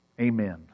Amen